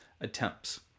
attempts